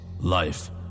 life